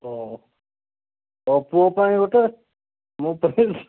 ହଁ ମୋ ପୁଅ ପାଇଁ ଗୋଟେ ମୋ ପାଇଁ ଗୋଟେ